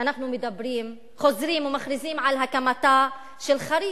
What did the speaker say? אנחנו מדברים, חוזרים ומכריזים על הקמתה של חריש,